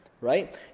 Right